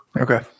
Okay